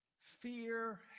fear